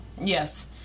Yes